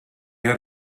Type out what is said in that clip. had